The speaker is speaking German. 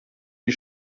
die